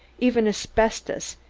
even asbestos,